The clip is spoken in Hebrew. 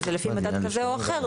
אם זה לפי מדד כזה או אחר,